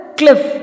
cliff